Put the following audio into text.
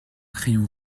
crayon